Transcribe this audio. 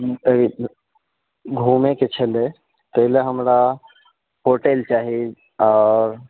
कि कहे घुमयके छलह ताहिलऽ हमरा होटल चाही आ